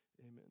amen